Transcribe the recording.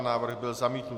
Návrh byl zamítnut.